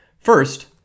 First